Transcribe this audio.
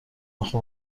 اخه